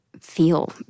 feel